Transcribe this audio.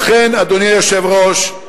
אדוני היושב-ראש,